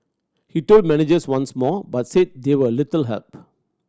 he told managers once more but said they were little help